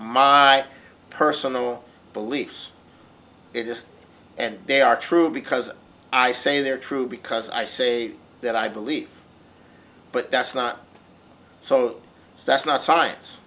my personal beliefs it just and they are true because i say they're true because i say that i believe but that's not so that's not science